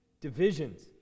divisions